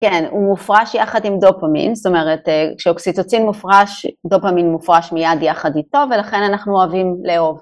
כן, הוא מופרש יחד עם דופמין, זאת אומרת כשאוקסיצוצין מופרש דופמין מופרש מיד יחד איתו ולכן אנחנו אוהבים לאהוב.